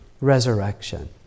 resurrection